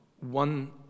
One